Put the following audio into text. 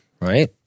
right